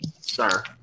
sir